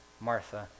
Martha